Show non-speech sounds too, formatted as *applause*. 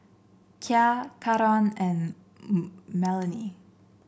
Kya Caron and *hesitation* Melanie